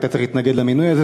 היית צריך להתנגד למינוי הזה.